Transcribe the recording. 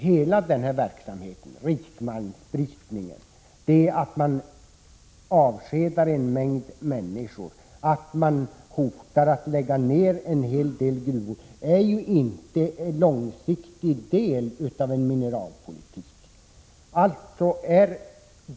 Hela den här verksamheten med rikmalmsbrytning innebär att man avskedar en mängd människor och hotar att lägga ned en hel del gruvor. Det är inte en långsiktig del av mineralpolitiken.